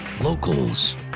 locals